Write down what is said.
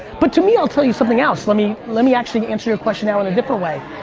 but to me, i'll tell you something else. let me let me actually answer your question now in a different way.